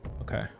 Okay